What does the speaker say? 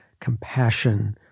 compassion